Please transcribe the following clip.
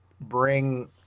bring